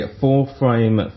four-frame